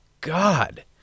God